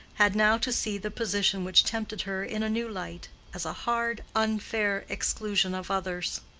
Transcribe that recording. had now to see the position which tempted her in a new light, as a hard, unfair exclusion of others.